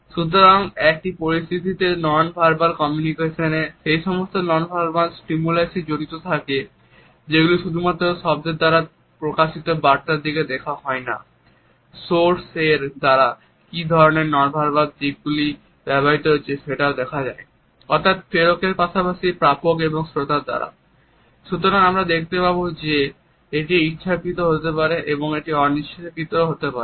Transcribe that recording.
সুতরাং একটি পরিস্থিতিতে নন ভার্বাল কমিউনিকেশনে সেই সমস্ত নন ভার্বাল স্টিমুলাই জড়িত থাকে যেখানে শুধুমাত্র শব্দের দ্বারা প্রকাশিত বার্তার দিকেই দেখা হয় না সোর্স এর দ্বারা কি ধরনের নন ভার্বাল দিকগুলি ব্যবহৃত হয়েছে সেটাও দেখাসুতরাং আমরা দেখতে পাব যে এটি ইচ্ছাকৃত হতে পারে এবং এটি অনিচ্ছাকৃতও হতে পারে